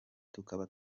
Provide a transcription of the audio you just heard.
tukaba